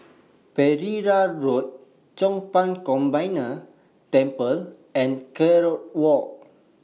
Pereira Road Chong Pang Combined Temple and Kerong Walk